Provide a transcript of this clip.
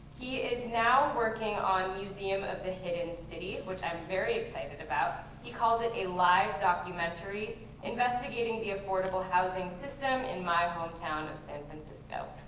he is now working on museum of the hidden city, which i'm very excited about. he calls it a live documentary investigating the affordable housing system in my hometown of san francisco.